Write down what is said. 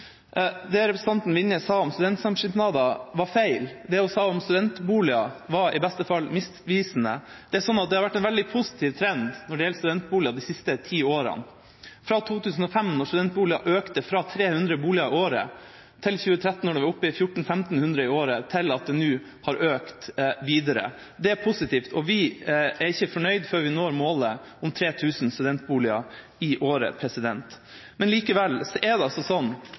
Det representanten Vinje sa om studentsamskipnader, var feil. Det hun sa om studentboliger, var i beste fall misvisende. Det har vært en veldig positiv trend når det gjelder studentboliger, de siste ti årene fra 2005, da antall nye studentboliger økte til 300 boliger i året, til 2013, da man var oppe i 1 400–1 500 i året, til at det nå har økt videre. Det er positivt. Vi er ikke fornøyd før vi når målet om 3 000 nye studentboliger i året. Likevel er det sånn